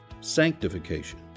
sanctification